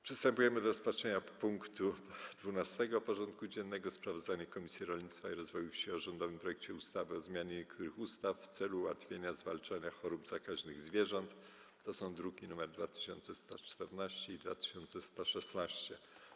Przystępujemy do rozpatrzenia punktu 12. porządku dziennego: Sprawozdanie Komisji Rolnictwa i Rozwoju Wsi o rządowym projekcie ustawy o zmianie niektórych ustaw w celu ułatwienia zwalczania chorób zakaźnych zwierząt (druki nr 2114 i 2116)